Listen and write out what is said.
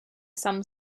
some